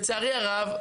לצערי הרב,